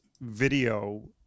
video